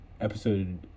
episode